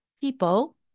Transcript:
people